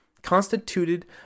constituted